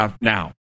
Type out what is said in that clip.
now